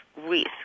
risk